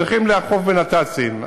צריך לאכוף בנת"צים.